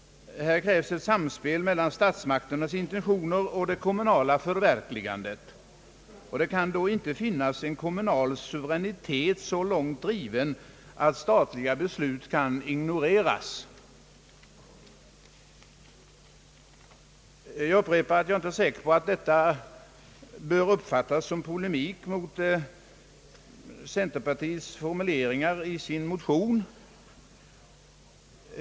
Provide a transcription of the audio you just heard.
Här krävs ett samspel mellan statsmakternas intentioner och det kommunala förverkligandet. Det kan då inte finnas en kommunal suveränitet så långt driven att statliga beslut kan ignoreras. Jag upprepar att jag inte är säker på att detta bör uppfattas som polemik mot formuleringarna i centerpartiets motion.